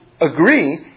agree